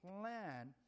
plan